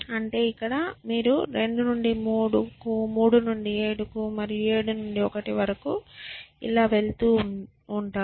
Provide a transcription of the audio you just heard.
అంటే ఇక్కడ మీరు 2 నుండి 3 3 నుండి 7 మరియు 7 నుండి 1 వరకు ఇలా వెళ్తూ ఉంటుంది